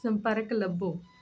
ਸੰਪਰਕ ਲੱਭੋ